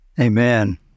Amen